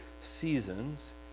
seasons